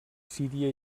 síria